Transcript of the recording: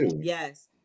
Yes